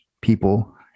people